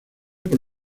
por